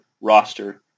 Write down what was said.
roster